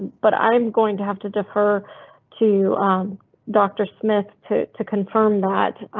but i'm going to have to defer to doctor smith to to confirm that.